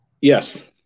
Yes